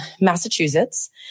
Massachusetts